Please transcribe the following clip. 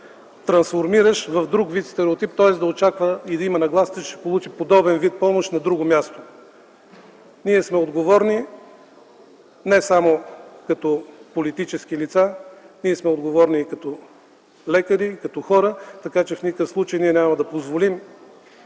трансформираш в друг вид стереотип – да очаква и да има нагласата, че ще има подобен вид помощ на друго място. Ние сме отговорни не само като политически лица, а и като лекари, като хора, така че в никакъв случай няма да позволим